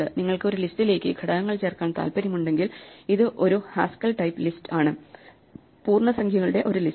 നിങ്ങൾക്ക് ഒരു ലിസ്റ്റിലെക്ക് ഘടകങ്ങൾ ചേർക്കാൻ താൽപ്പര്യമുണ്ടെങ്കിൽ ഇത് ഒരു ഹാസ്കേൽ ടൈപ്പ് ലിസ്റ്റ് ആണ് പൂർണ്ണസംഖ്യകളുടെ ഒരു ലിസ്റ്റ്